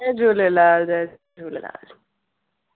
जय झूलेलाल जय झूलेलाल